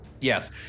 Yes